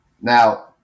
Now